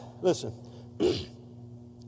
listen